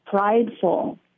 prideful